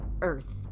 Earth